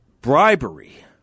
bribery